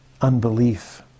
unbelief